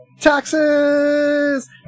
Taxes